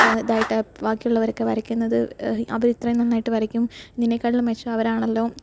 ഇതായിട്ടാ ബാക്കിയുള്ളവരൊക്കെ വരയ്ക്കുന്നത് അവര് ഇത്രയും നന്നായിട്ട് വരയ്ക്കും നിന്നെക്കാട്ടിലും മെച്ചം അവരാണല്ലോ